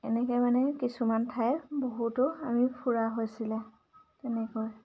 এনেকৈ মানে কিছুমান ঠাই বহুতো আমি ফুৰা হৈছিলে তেনেকৈ